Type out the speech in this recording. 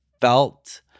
felt